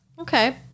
Okay